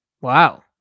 Wow